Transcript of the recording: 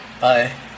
Bye